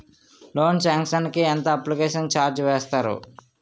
Loan sanction కి ఎంత application charge వేస్తారు?